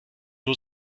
nur